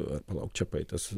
ar palauk čepaitės